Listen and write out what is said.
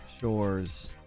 shores